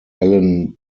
alan